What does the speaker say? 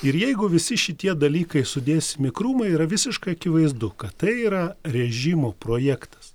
ir jeigu visi šitie dalykai sudėsim į krūvą yra visiškai akivaizdu kad tai yra režimo projektas